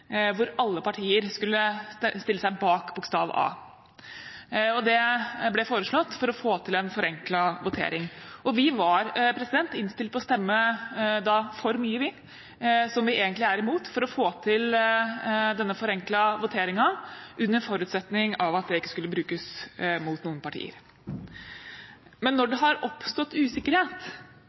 hvor alle partier skulle stille seg bak bokstav A. Det ble foreslått for å få til en forenklet votering. Vi var innstilt på å stemme for mye som vi egentlig er imot, for å få til denne forenklede voteringen, under forutsetning av at det ikke skulle brukes mot noen partier. Men når det har oppstått usikkerhet